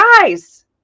guys